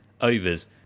overs